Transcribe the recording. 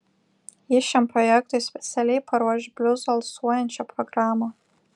ji šiam projektui specialiai paruoš bliuzu alsuojančią programą